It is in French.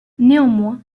néanmoins